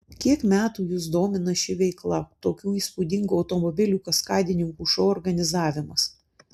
kiek metų jus domina ši veikla tokių įspūdingų automobilių kaskadininkų šou organizavimas